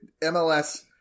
MLS